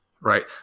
right